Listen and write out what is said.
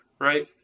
right